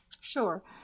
Sure